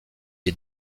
est